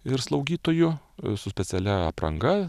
ir slaugytojų su specialia apranga